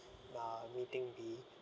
uh meeting be